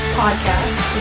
podcast